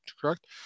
correct